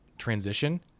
Transition